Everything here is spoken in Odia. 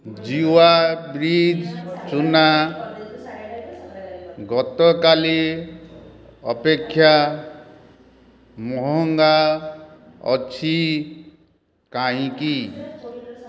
ଜୀୱା ବ୍ରିଜ୍ ଚୁନା ଗତକାଲି ଅପେକ୍ଷା ମହଙ୍ଗା ଅଛି କାହିଁକି